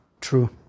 True